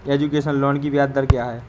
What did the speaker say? Education loan की ब्याज दर क्या है?